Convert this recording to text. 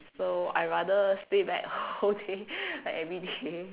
so I rather stay back whole day like everyday